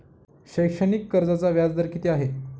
शैक्षणिक कर्जाचा व्याजदर किती आहे?